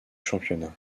championnat